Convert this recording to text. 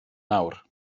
nawr